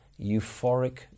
euphoric